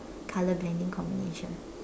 color blending combination